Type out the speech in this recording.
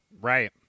Right